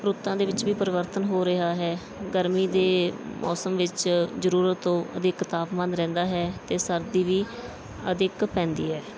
ਰੁੱਤਾਂ ਦੇ ਵਿੱਚ ਵੀ ਪਰਿਵਰਤਨ ਹੋ ਰਿਹਾ ਹੈ ਗਰਮੀ ਦੇ ਮੌਸਮ ਵਿੱਚ ਜ਼ਰੂਰਤ ਤੋਂ ਅਧਿਕ ਤਾਪਮਾਨ ਰਹਿੰਦਾ ਹੈ ਅਤੇ ਸਰਦੀ ਵੀ ਅਧਿਕ ਪੈਂਦੀ ਹੈ